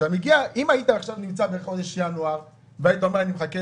אם היית נמצא עכשיו בחודש ינואר והיית מחכה